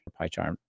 PyCharm